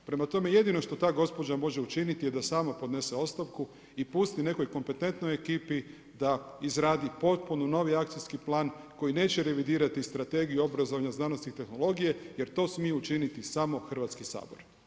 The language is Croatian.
Prema tome jedino što ta gospođa može učiniti je da sama podnese ostavku i pusti nekoj kompetentnoj ekipi sa izradi potpuno novi akcijski plan koji neće revidirati Strategiju obrazovanja, znanosti i tehnologije jer to smije učiniti samo Hrvatski sabor.